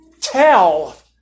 tell